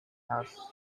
house